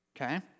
Okay